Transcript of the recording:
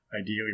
Ideally